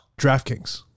DraftKings